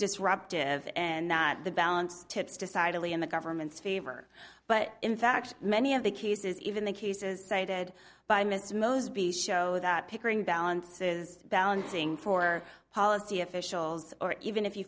disruptive and that the balance tips decidedly in the government's favor but in fact many of the cases even the cases cited by mrs moseby show that pickering balance is balancing for policy officials or even if you